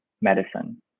medicine